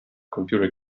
computer